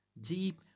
deep